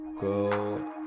go